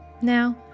Now